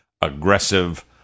aggressive